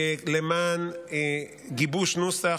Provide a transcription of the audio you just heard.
למען גיבוש נוסח,